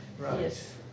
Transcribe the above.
Yes